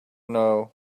know